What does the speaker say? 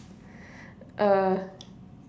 uh